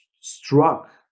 struck